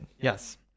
Yes